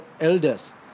elders